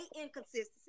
inconsistency